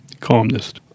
columnist